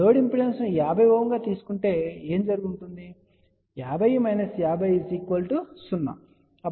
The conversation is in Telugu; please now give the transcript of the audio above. లోడ్ ఇంపిడెన్స్ ను 50Ω గా పరిగణించండి కాబట్టి ఏమి జరిగి ఉంటుంది